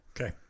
Okay